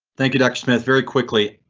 thank you doctor smith very quickly.